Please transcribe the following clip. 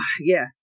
Yes